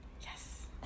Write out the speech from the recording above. yes